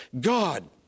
God